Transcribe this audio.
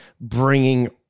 bringing